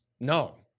No